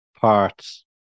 parts